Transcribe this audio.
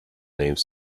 name